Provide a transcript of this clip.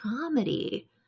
comedy